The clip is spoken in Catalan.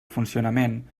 funcionament